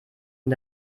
und